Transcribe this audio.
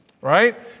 right